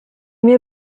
mir